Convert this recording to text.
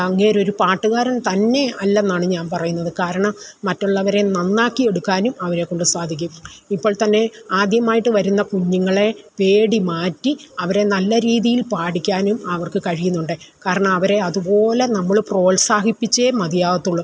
അങ്ങേരൊരു പാട്ടുകാരൻ തന്നെ അല്ലെന്നാണ് ഞാൻ പറയുന്നത് കാരണം മറ്റുള്ളവരെ നന്നാക്കിയെടുക്കാനും അവരെക്കൊണ്ട് സാധിക്കും ഇപ്പോൾത്തന്നെ ആദ്യമായിട്ട് വരുന്ന കുഞ്ഞുങ്ങളേ പേടി മാറ്റി അവരെ നല്ല രീതിയിൽ പാടിക്കാനും അവർക്ക് കഴിയുന്നുണ്ട് കാരണം അവരെ അതുപോലെ നമ്മൾ പ്രോത്സാഹിപ്പിച്ചേ മതിയാവത്തുളളൂ